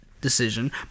decision